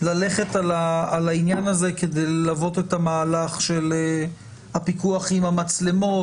ללכת על העניין הזה כדי ללוות את המהלך של הפיקוח עם המצלמות,